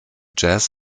jazz